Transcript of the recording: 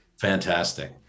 Fantastic